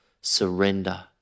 surrender